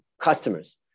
customers